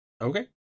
Okay